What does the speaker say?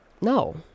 no